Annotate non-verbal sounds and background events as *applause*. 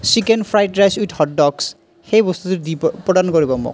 chicken fried rice with hot dogs সেই বস্তুটো দিব *unintelligible* প্ৰদান কৰিব মোক